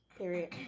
Period